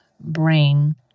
brain